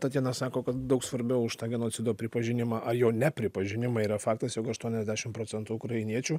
tatjana sako kad daug svarbiau už tą genocido pripažinimą ar jo nepripažinimą yra faktas jog aštuoniasdešim procentų ukrainiečių